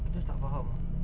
tu lah tu